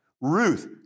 Ruth